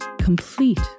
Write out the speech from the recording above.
complete